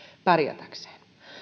pärjätäkseen